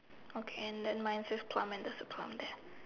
okay then mine says plumber and there's a plumber there